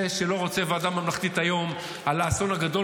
זה שלא רוצה ועדה ממלכתית היום על האסון הגדול